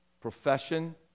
profession